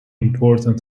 important